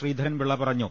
ശ്രീധരൻപിള്ള പറഞ്ഞു